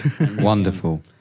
Wonderful